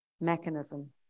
mechanism